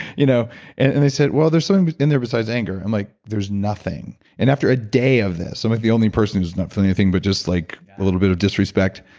you know and they said, well, there's something in there besides anger. i'm like, there's nothing. and after a day of this i'm like the only person who's not feeling anything but just like a little bit of disrespect.